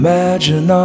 Imagine